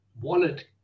wallet